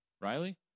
Riley